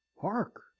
hark